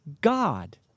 God